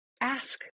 ask